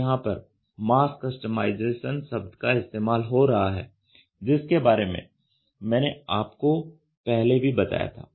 तो यहां पर मास कस्टमाइजेशन शब्द का इस्तेमाल हो रहा है जिसके बारे में मैंने आपको पहले भी बताया था